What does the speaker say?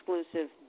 exclusive